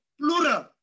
plural